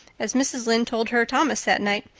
as mrs. lynde told her thomas that night.